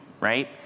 right